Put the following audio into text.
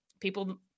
people